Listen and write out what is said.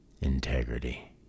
integrity